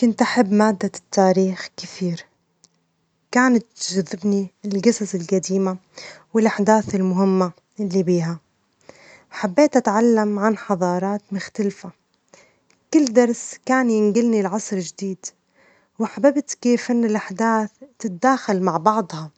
كنت أحب مادة التاريخ كثير ،كانت تجذبني الجصص الجديمة والأحداث المهمة اللي بيها ،حبيت أتعلم عن حظارات مختلفة ،كل درس كان ينجلني لعصر جديد ،وحبيت كيف الأحداث تتداخل مع بعضها